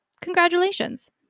Congratulations